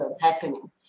happening